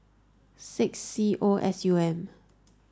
six C O S U M